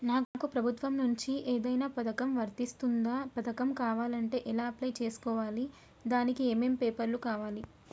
నాకు ప్రభుత్వం నుంచి ఏదైనా పథకం వర్తిస్తుందా? పథకం కావాలంటే ఎలా అప్లై చేసుకోవాలి? దానికి ఏమేం పేపర్లు కావాలి?